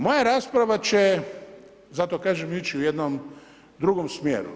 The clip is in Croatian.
Moja rasprava će, zato kažem ići u jednom drugom smjeru.